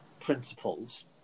principles